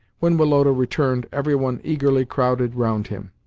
when woloda returned, every one eagerly crowded round him.